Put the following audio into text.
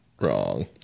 Wrong